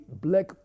Black